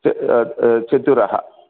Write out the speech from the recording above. च् चतुरः